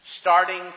starting